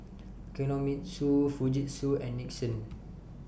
Kinohimitsu Fujitsu and Nixon